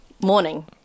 morning